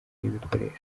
n’ibikoresho